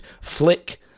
Flick